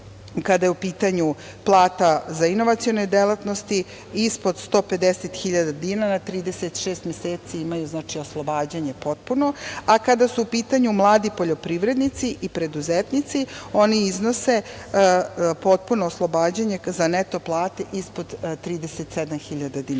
kada je u pitanju plata za inovacione delatnosti ispod 150.000 dinara 36 meseci imaju znači oslobađanje potpuno a kada su u pitanju mladi poljoprivrednici i preduzetnici oni iznose potpuno oslobađanje za neto plate ispod 37.000